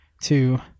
two